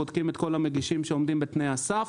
בודקים את כל המגישים שעומדים בתנאי הסף.